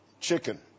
chicken